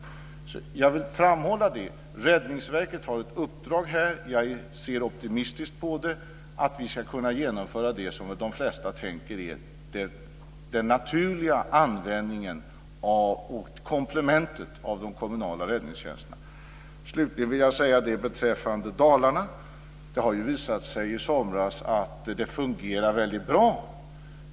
Jag vill framhålla att Räddningsverket har ett uppdrag. Jag ser optimistiskt på att vi ska kunna genomföra det som de flesta anser vara den naturliga användningen av och komplementet till de kommunala räddningstjänsterna. Slutligen vill jag beträffande Dalarna säga att det i somras visade sig att det fungerade väldigt bra.